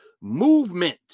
movement